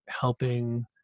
helping